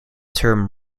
term